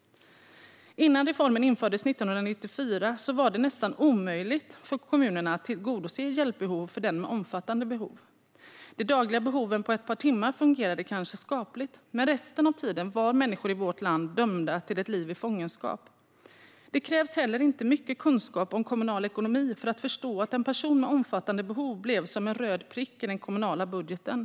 Innan reformen infördes 1994 var det nästan omöjligt för kommunerna att tillgodose hjälpbehoven för den med omfattande behov. För de dagliga behoven på ett par timmar fungerade det kanske skapligt, men resten av tiden var människor i vårt land dömda till ett liv i fångenskap. Det krävs heller inte mycket kunskap om kommunal ekonomi för att förstå att en person med omfattande behov blev som en röd prick i den kommunala budgeten.